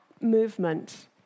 movement